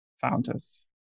founders